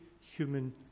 human